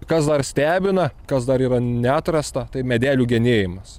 kas dar stebina kas dar yra neatrasta tai medelių genėjimas